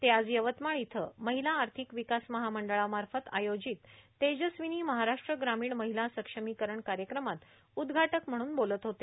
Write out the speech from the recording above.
ते आज यवतमाळ इथं महिला आर्थिक विकास महामंडळामार्फत आयोजित तेजस्विनी महाराष्ट्र ग्रामीण महिला सक्षमीकरण कार्यक्रमात उद्घाटक म्हणून बोलत होते